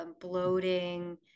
bloating